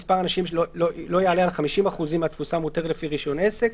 מספר אנשים לא יעלה על 50 אחוזים מהתפוסה המותרת לפי רישיון עסק.